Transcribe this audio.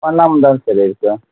ஆ நான் மட்டுந்தான் சார் இருக்கேன்